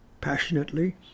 passionately